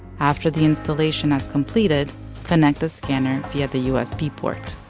after the installation has completed connect the scanner via the usb port.